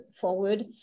forward